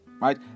right